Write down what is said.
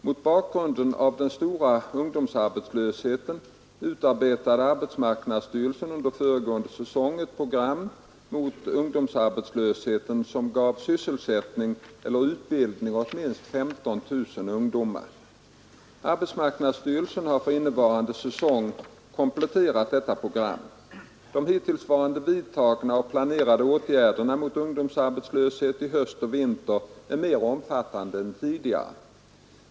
Mot bakgrund av den höga ungdomsarbetslösheten utarbetade arbetsmarknadsstyrelsen under föregående säsong ett program mot ungdomsarbetslösheten som gav sysselsättning eller utbildning åt minst 15 000 ungdomar. Arbetsmarknadsstyrelsen har för innevarande säsong komplet terat detta program. De hittills vidtagna och planerade åtgärderna mot ungdomsarbetslösheten i höst och vinter är mer omfattande än tidigare.